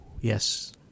yes